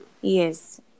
Yes